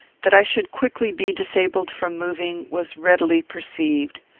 that i should quickly be disabled from moving, was readily perceived.